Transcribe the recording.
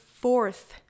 fourth